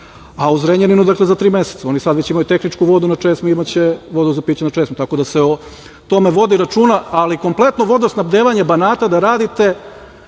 a u Zrenjaninu za tri meseca. Oni sada već imaju tehničku vodu na česmi. Imaće i vodu za piće na česmi, tako da se o tome vodi računa, ali kompletno vodosnabdevanje Banata da radite…